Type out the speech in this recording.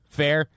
fair